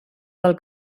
del